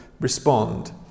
respond